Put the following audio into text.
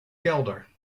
kelder